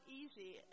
easy